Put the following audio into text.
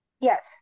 Yes